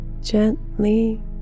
gently